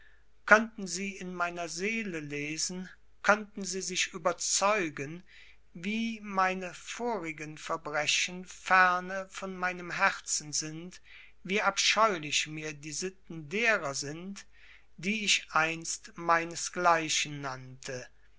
könnten sie in meiner seele lesen könnten sie sich überzeugen wie meine vorigen verbrechen ferne von meinem herzen sind wie abscheulich mir die sitten derer sind die ich einst meinesgleichen nannte